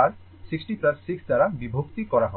আর 6 60 দ্বারা বিভক্ত করা হবে